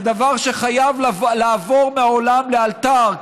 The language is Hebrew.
זה דבר שחייב לעבור מהעולם לאלתר,